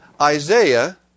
Isaiah